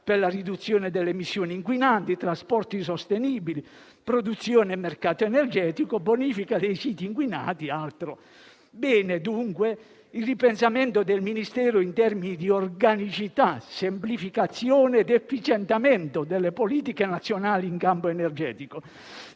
per la riduzione delle emissioni inquinanti, trasporti sostenibili, produzione e mercato energetico, nonché bonifica dei siti inquinati. Va bene dunque il ripensamento del Ministero in termini di organicità, semplificazione ed efficientamento delle politiche nazionali in campo energetico.